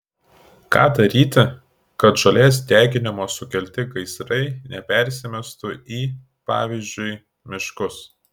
ką daryti kad žolės deginimo sukelti gaisrai nepersimestų į pavyzdžiui miškus